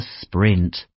sprint